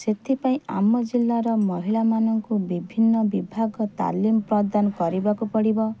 ସେଥିପାଇଁ ଆମ ଜିଲ୍ଲାର ମହିଳାମାନଙ୍କୁ ବିଭିନ୍ନ ବିଭାଗ ତାଲିମ ପ୍ରଦାନ କରିବାକୁ ପଡିବ